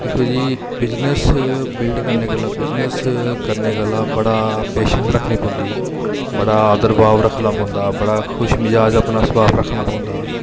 दिक्खो जी business build करने गल्ला बिजनस करने गल्ला बड़ा पेशैंस रक्खनी पौंदी बड़ा आदर भाव रक्खना पौंदा बड़ा खुशमजाज अपना सुभा रक्खना पौंदा